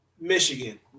Michigan